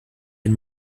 den